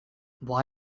why